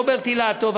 רוברט אילטוב,